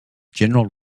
general